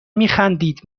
میخندید